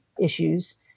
issues